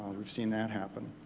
we've seen that happen.